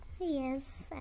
Yes